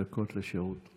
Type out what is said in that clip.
חמש דקות לרשותך.